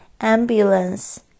ambulance